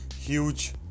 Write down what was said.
huge